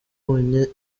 wabonye